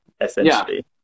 essentially